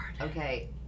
okay